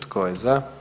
Tko je za?